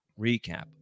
recap